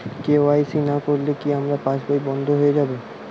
KYC না করলে কি আমার পাশ বই বন্ধ হয়ে যাবে?